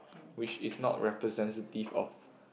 which is not representative of